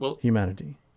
humanity